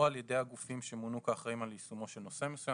או על ידי הגופים שמונו כאחראיים על יישומו של נושא מסוים,